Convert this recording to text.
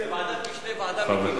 ועדת משנה, ועדה מקימה.